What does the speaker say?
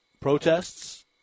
protests